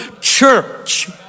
church